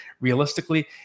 realistically